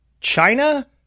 China